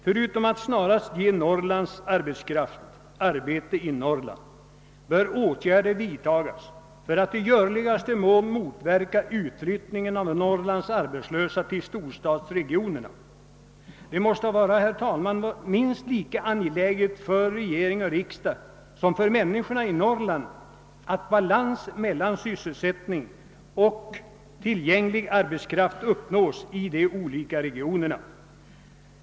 Förutom att snarast ge Norrlands arbetskraft arbete i Norrland bör man vidta åtgärder för att i görligaste mån motverka utflyttningen av Norrlands arbetslösa till storstadsregionerna. Det måste, herr talman, vara minst lika angeläget för regering och riksdag som för människorna i Norrland att balans mellan sysselsättning och tillgänglig arbetskraft uppnås i de olika regionerna.